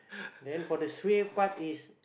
then for the suay part is